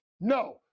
No